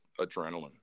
adrenaline